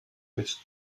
mit